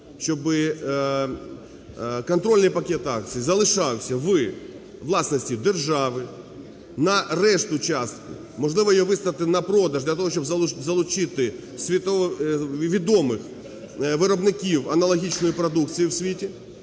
щоб контрольний пакет акцій залишався у власності держави. На решту частки, можливо її виставити на продаж для того, щоб залучити відомих виробників аналогічної продукції у світі,